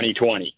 2020